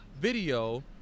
video